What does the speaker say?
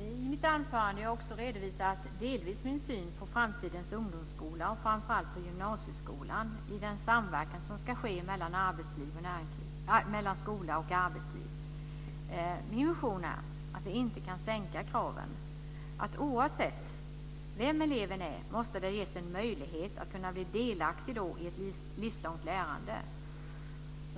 I mitt anförande har jag också redovisat delar av min syn på framtidens ungdomsskola och framför allt på gymnasieskolan i den samverkan som ska ske mellan skola och arbetsliv. Min vision är att vi inte ska sänka kraven. Oavsett vem eleven är måste han eller hon ges en möjlighet att bli delaktig i ett livslångt lärande.